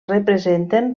representen